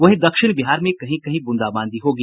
वहीं दक्षिण बिहार में कहीं कहीं ब्रंदाबांदी होगी